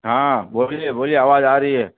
ہاں بولیے بولیے آواز آ رہی ہے